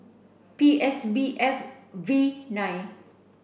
P S B F V nine